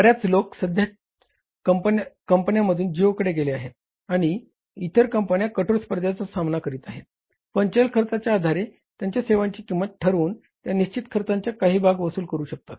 बर्याच लोक सध्याच्या कंपन्यांमधून जिओकडे गेले आहेत आणि इतर कंपन्यां कठोर स्पर्धेचा सामना करत आहेत पण चल खर्चाच्या आधारे त्यांच्या सेवांची किंमत ठरवून त्या निश्चित खर्चांचा काही भाग वसूल करू शकतात